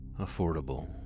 Affordable